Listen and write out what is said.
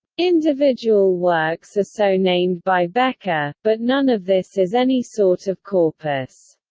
individual works are so named by bekker, but none of this is any sort of corpus.